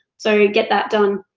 so get that done.